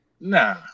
nah